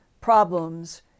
problems